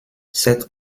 cette